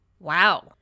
Wow